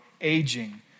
aging